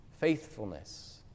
faithfulness